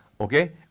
okay